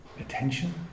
attention